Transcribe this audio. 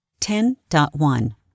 10.1